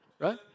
Right